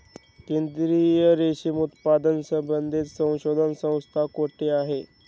केंद्रीय रेशीम उत्पादन संबंधित संशोधन संस्था कोठे आहे?